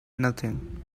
nothing